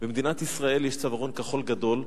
במדינת ישראל יש צווארון כחול גדול,